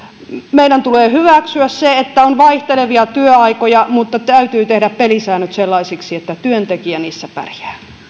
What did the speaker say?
meidän tulee hyväksyä se että on vaihtelevia työaikoja mutta täytyy tehdä pelisäännöt sellaisiksi että työntekijä niissä pärjää